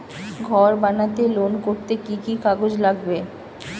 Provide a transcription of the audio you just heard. ঘর বানাতে লোন করতে কি কি কাগজ লাগবে?